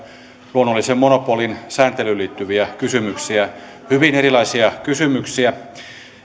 luonnollisen monopolin sääntelyyn liittyviä kysymyksiä hyvin erilaisia kysymyksiä